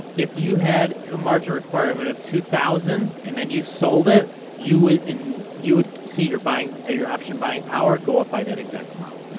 if you had a margin requirement of two thousand and then you sold it you will and you would see you're buying ah your option buying power go up by that exact amount.